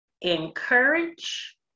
encourage